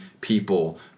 people